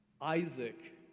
Isaac